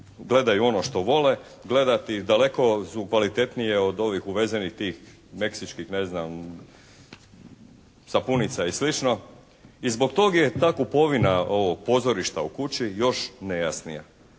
gledaju ono što vole gledati. Daleko su kvalitetnije od ovih uvezenih tih meksičkih ne znam sapunica i slično i zbog tog je ta kupovina ovog “Pozorišta u kući“ još nejasnija.